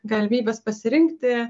galimybes pasirinkti